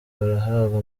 barahabwa